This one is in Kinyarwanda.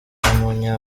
munya